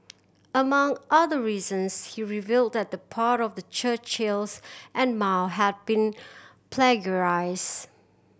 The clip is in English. among other reasons he revealed that the part of Churchill and Mao had been plagiarised